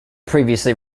previously